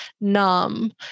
numb